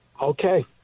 Okay